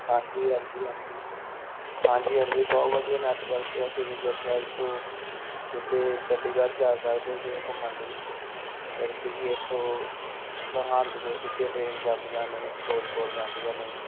ਹਾਂਜੀ ਹਾਂਜੀ ਹਾਂਜੀ ਹਾਂਜੀ ਹਾਂਜੀ ਬਹੁਤ ਵਧੀਆ ਨੈਟਵਰਕ ਆ ਤੁਸੀਂ ਜਿਸ ਤਰ੍ਹਾਂ ਇੱਥੋਂ ਸਿੱਧੇ ਚੰਡੀਗੜ੍ਹ ਜਾ ਸਕਦੇ ਜੇ ਘੁੰਮਣ ਲਈ ਸਰਹੰਦ ਤੋਂ ਸਿੱਧੀਆਂ ਟਰੇਨ ਜਾਂਦੀਆਂ ਨੇ ਫਿਰੋਜ਼ਪੁਰ ਜਾਂਦੀਆਂ ਨੇ